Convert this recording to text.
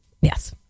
Yes